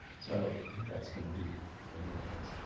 so like that's going to be generally things.